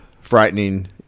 frightening